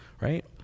right